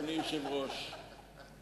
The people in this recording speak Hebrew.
ממש בימים הראשונים לכניסתו לתפקיד,